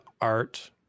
art